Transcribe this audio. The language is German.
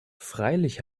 freilich